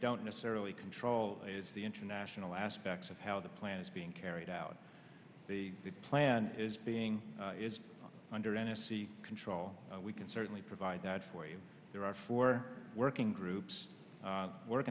don't necessarily control is the international aspects of how the plan is being carried out the plan is being under n s c control we can certainly provide that for you there are four working groups work